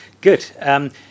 Good